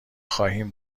خواهیم